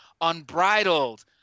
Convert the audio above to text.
unbridled